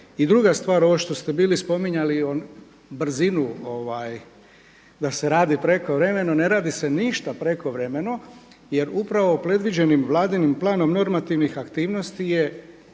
I druga stvar ovo što ste bili spominjali brzinu da se radi prekovremeno, ne radi se ništa prekovremeno jer upravo predviđenim Vladinim planom normativnih aktivnosti je